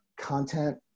content